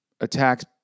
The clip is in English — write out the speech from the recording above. attacks